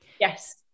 Yes